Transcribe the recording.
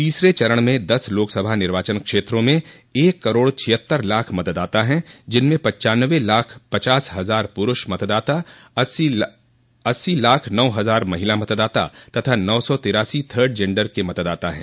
तीसरे चरण में दस लोकसभा निर्वाचन क्षेत्रों में एक करोड़ छियत्तर लाख मतदाता हैं जिनमें पनचान्नबे लाख पचास हजार पुरूष मतदाता अस्सी लाख नौ हजार महिला मतदाता तथा नौ सा तिरासी थर्ड जेन्डर के मतदाता हैं